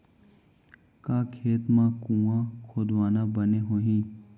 का खेत मा कुंआ खोदवाना बने होही?